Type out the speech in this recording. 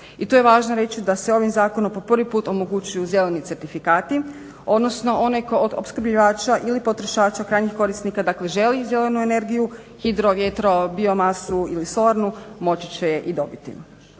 I tu je važno reći da se ovim zakonom po prvi put omogućuju zeleni certifikati, odnosno one ko od opskrbljivača ili potrošača, krajnjih korisnika, dakle želi zelenu energiju, hidro, vjetro, bio masu ili solarnu moći će je i dobiti.